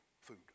food